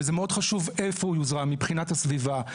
וזה מאוד חשוב איפה הוא יוזרם מבחינת הסביבה.